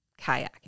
kayaking